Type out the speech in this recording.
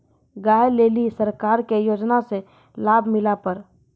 गाय ले ली सरकार के योजना से लाभ मिला पर?